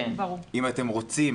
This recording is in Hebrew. אם אתם רוצים